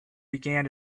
began